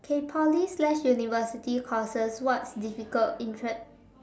K Poly slash university courses what's difficult interest